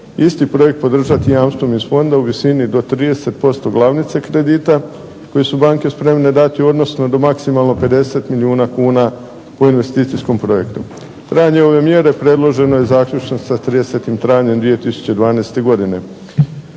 isti projekt podržati jamstvom iz fonda u visini do 30% glavnice kredita koji su banke spremne dati, odnosno dao maksimalno 50 milijuna kuna po investicijskom projektu. Trajanje ove mjere predloženo je zaključno sa 30. travnja 2012. godine.